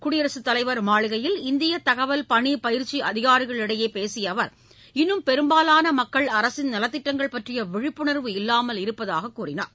குடியரசுத் தலைவர் மாளிகையில் இந்தியத் தகவல் பணி பயிற்சி அதிகாரிகளிடையே பேசிய அவர் இன்னும் பெரும்பாவான மக்கள் அரசின் நலத்திட்டங்கள் பற்றிய விழிப்புணர்வு இல்லாமல் இருப்பதாகக் கூறினார்